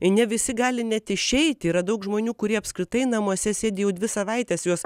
ne visi gali net išeiti yra daug žmonių kurie apskritai namuose sėdi jau dvi savaites juos